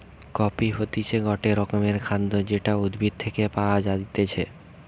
coffee হতিছে গটে রকমের খাদ্য যেটা উদ্ভিদ থেকে পায়া যাইতেছে